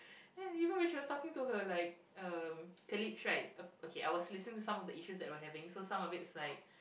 ya even when she was talking to her like um colleagues right okay I was listening to some of the issues that were having so some of it is like